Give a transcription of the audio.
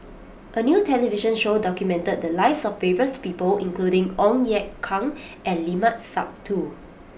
a new television show documented the lives of various people including Ong Ye Kung and Limat Sabtu